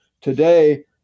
Today